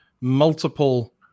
multiple